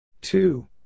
two